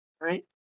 right